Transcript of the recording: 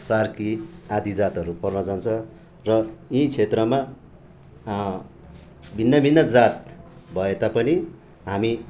सार्की आदि जातहरू पर्न जान्छ र यी क्षेत्रमा भिन्न भिन्नै जात भए तापनि हामी